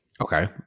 Okay